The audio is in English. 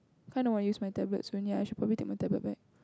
kind of want to use my tablets only I should probably take my tablet back